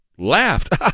laughed